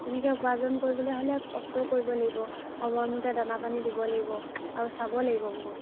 তেনেকৈ উপাৰ্জন কৰিবলৈ হ'লে কষ্টও কৰিব লাগিব সময়মতে দানা পানী দিব লাগিব আৰু চাব লাগিব বহুত